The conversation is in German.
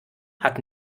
hat